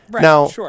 Now